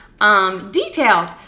detailed